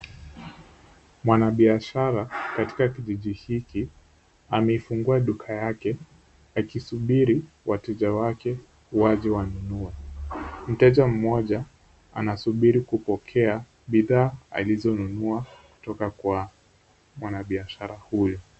Mwanabiashara katika kijiji hiki ameifungua duka yake akisubiri wateja wake waje wanunue. Mteja mmoja anasubiri kupokea bidhaa alizonunua kutoka kwa mwanabiashara huyo.